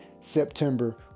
September